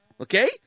okay